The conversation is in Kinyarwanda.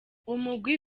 umugwi